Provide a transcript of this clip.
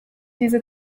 diese